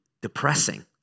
depressing